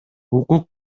укук